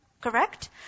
Correct